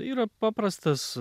tai yra paprastas